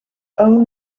own